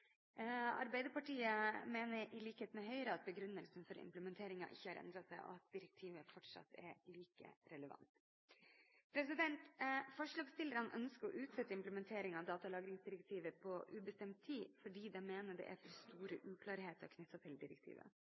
Arbeiderpartiet mener – i likhet med Høyre – at begrunnelsen for implementeringen ikke har endret seg, og at direktivet fortsatt er like relevant. Forslagsstillerne ønsker å utsette implementeringen av datalagringsdirektivet på ubestemt tid fordi de mener det er for store uklarheter